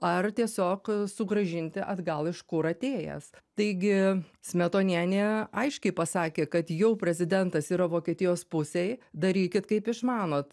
ar tiesiog sugrąžinti atgal iš kur atėjęs taigi smetonienė aiškiai pasakė kad jau prezidentas yra vokietijos pusėj darykit kaip išmanot